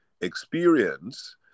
experience